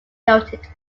noted